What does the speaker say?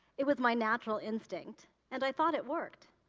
it was my natural instinct, and i thought it worked.